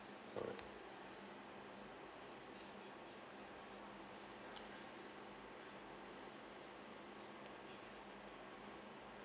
alright